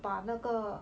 把那个